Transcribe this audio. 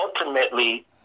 ultimately